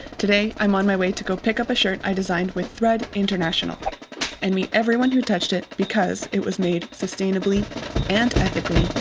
today i'm on my way to go pick up a shirt i designed with thread international and meet everyone who touched it because it was made sustainably and ethically